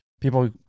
people